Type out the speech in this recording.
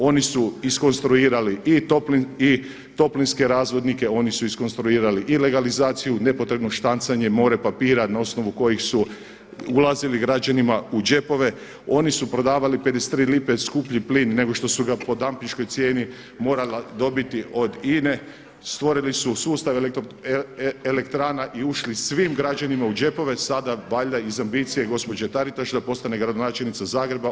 Oni su iskonstruirali i toplinske razvodnike, oni su iskonstruirali i legalizaciju nepotrebno štancanje, more papira na osnovu kojih su ulazili građanima u džepove, oni su prodavali 53 lipe skuplji plin nego što su ga po dampinškoj cijeni morala dobiti od INA-e, stvorili su sustav elektrana i ušli svim građanima u džepove, sada valjda iz ambicije gospođe Taritaš da postane gradonačelnica Zagreba.